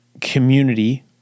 community